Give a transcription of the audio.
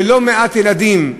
ולא מעט ילדים,